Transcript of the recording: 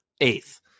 eighth